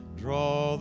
draw